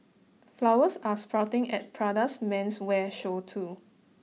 flowers are sprouting at Prada's menswear show too